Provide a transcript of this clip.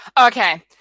Okay